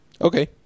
Okay